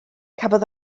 cafodd